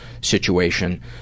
situation